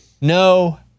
no